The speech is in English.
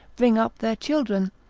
bring up their children,